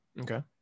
Okay